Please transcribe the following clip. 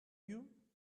you